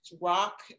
rock